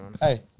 Hey